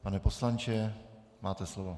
Pane poslanče, máte slovo.